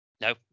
No